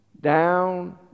down